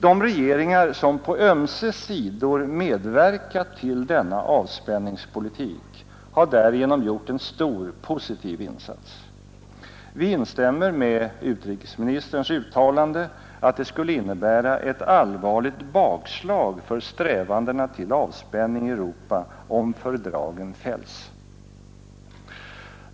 De regeringar som på ömse sidor medverkat till denna avspänningspolitik har därigenom gjort en stor positiv insats. Vi instämmer i utrikesministerns uttalande att det skulle innebära ett allvarligt bakslag för strävandena till avspänning i Europa om fördragen fälls.